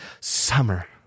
Summer